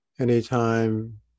Anytime